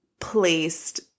placed